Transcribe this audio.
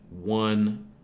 one